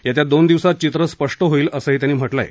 येत्या दोन दिवसात चित्र स्पष्ट होईल असंही त्यांनी म्हटलंय